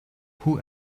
who